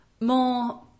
more